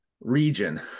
region